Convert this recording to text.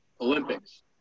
olympics